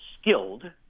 skilled –